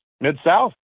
Mid-South